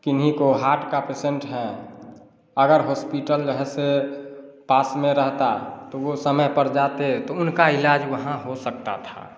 किन्हीं को हार्ट का पेशेन्ट है अगर हॉस्पिटल है सो पास में रहता तो वह समय पर जाते तो उनका इलाज़ वहाँ हो सकता था